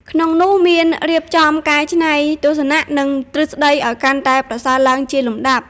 ក្នុងនោះមានរៀបចំកែច្នៃទស្សនៈ និងទ្រឹស្ដីឱ្យកាន់តែប្រសើរឡើងជាលំដាប់។